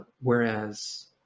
Whereas